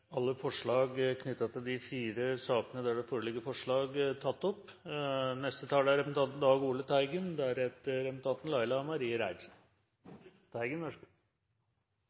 alle forslag knyttet til de fire sakene der det foreligger forslag, tatt opp.